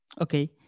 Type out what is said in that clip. Okay